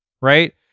Right